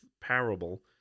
Parable